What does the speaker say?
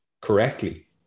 correctly